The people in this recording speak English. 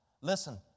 Listen